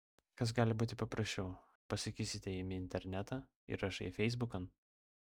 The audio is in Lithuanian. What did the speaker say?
kas gali būti paprasčiau pasakysite imi internetą ir rašai feisbukan